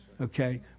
Okay